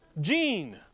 gene